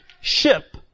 ship